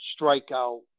strikeout